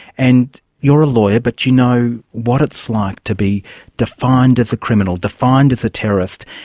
and you're a lawyer, but you know what it's like to be defined as a criminal, defined as a terrorist,